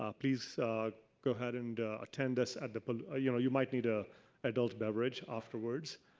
ah please go ahead and attend this and but ah you know you might need ah adult beverage afterwards.